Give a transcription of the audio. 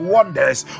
Wonders